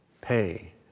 pay